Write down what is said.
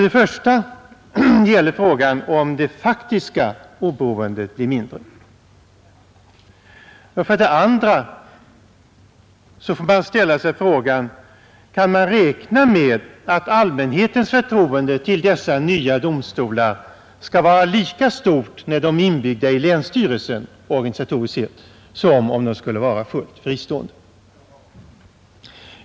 Den första är huruvida det faktiska oberoendet blir mindre. Den andra är huruvida man kan räkna med att allmänhetens förtroende till dessa nya domstolar skall vara lika stort när de är inbyggda i länsstyrelsen, organisatoriskt sett, som om de är fullt fristående.